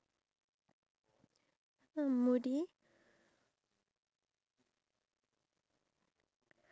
we should actually take the time not only to thank god for the food that he has given us but also